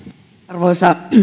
arvoisa